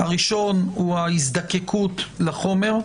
הראשון, הוא ההזדקקות לחומר.